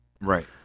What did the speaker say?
Right